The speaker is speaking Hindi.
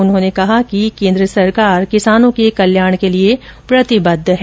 उन्होंने कहा कि केन्द्र सरकार किसानों के कल्याण के लिए प्रतिबद्ध है